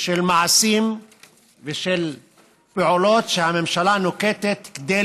של מעשים ושל פעולות שהממשלה נוקטת כדי